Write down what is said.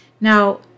Now